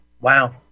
Wow